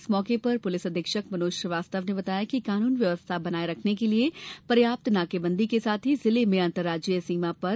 इस मौके पर पुलिस अधीक्षक मनोज श्रीवास्तव ने बताया कि कानून व्यवस्था बनाये रखने के लिये पर्याप्त नाकेबंदी के साथ ही जिले में अन्तर्राज्यीय सीमा पर निरन्तर जांच होगी